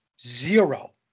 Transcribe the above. Zero